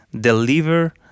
Deliver